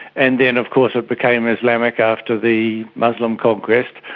and then of course it became islamic after the muslim conquest.